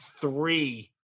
three